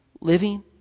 living